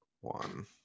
One